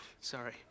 Sorry